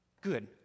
Good